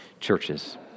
churches